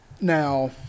Now